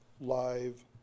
live